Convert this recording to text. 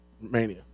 Mania